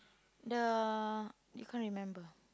the you can't remember